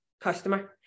customer